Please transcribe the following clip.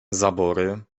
zabory